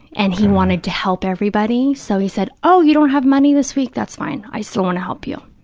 and he wanted to help everybody, so he said, oh, you don't have money this week? that's fine, i still want to help you,